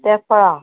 तेफळां